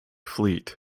fleet